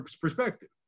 perspective